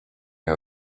her